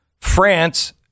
France